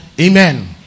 Amen